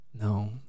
no